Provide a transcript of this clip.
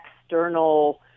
external